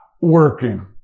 working